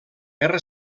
guerra